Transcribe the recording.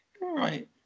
Right